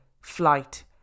flight